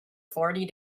forty